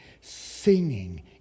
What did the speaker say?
singing